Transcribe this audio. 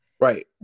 Right